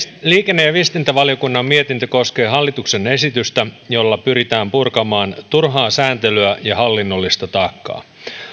liikenne ja viestintävaliokunnan mietintö koskee hallituksen esitystä jolla pyritään purkamaan turhaa sääntelyä ja hallinnollista taakkaa